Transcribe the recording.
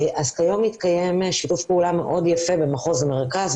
כיום מתקיים שיתוף פעולה מאוד יפה במחוז המרכז.